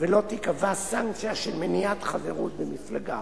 ולא תיקבע סנקציה של מניעת חברות במפלגה.